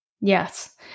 Yes